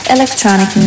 Electronic